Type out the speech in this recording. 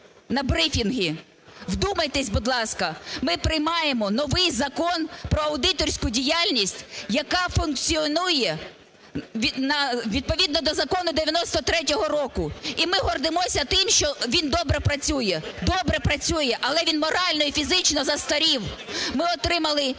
на брифінги. Вдумайтесь, будь ласка, ми приймаємо новий Закон про аудиторську діяльність, яка функціонує відповідно до закону 93 року, і ми гордимося тим, що він добре працює. Добре працює, але він морально і фізично застарів. Ми отримали великі